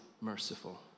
merciful